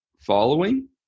following